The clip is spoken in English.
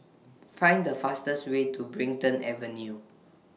Find The fastest Way to Brighton Avenue